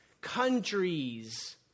countries